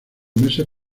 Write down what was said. meses